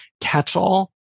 catch-all